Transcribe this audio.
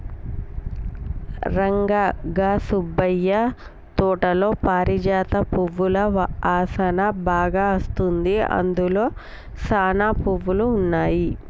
రంగా గా సుబ్బయ్య తోటలో పారిజాత పువ్వుల ఆసనా బాగా అస్తుంది, అందులో సానా పువ్వులు ఉన్నాయి